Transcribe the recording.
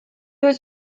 was